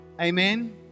Amen